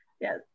yes